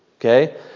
Okay